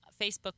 Facebook